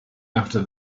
after